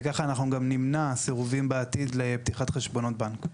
וכך אנחנו גם נמנע סירובים בעתיד לפתיחת חשבונות בנק.